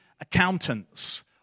accountants